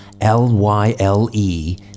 L-Y-L-E